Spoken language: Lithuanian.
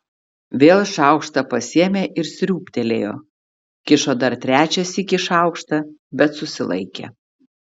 vėl šaukštą pasiėmė ir sriūbtelėjo kišo dar trečią sykį šaukštą bet susilaikė